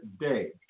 day